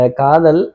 kadal